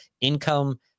income